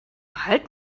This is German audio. halt